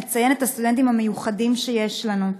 לציין את הסטודנטים המיוחדים שיש לנו,